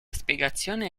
spiegazione